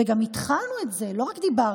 וגם התחלנו את זה, לא רק דיברנו.